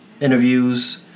Interviews